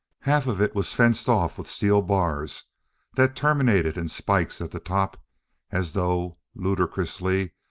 half of it was fenced off with steel bars that terminated in spikes at the top as though, ludicrously,